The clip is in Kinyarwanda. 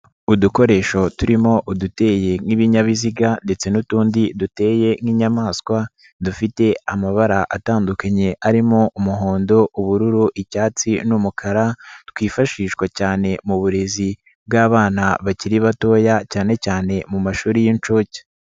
Udukoresho turimo uduteye nk'ibinyabiziga ndetse n'utundi duteye nk'inyamaswa dufite amabara atandukanye arimo umuhondo, ubururu, icyatsi n'umukara twifashishwa cyane mu burezi bw'abana bakiri batoya cyane cyane mashuri y'inshuke.